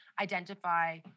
identify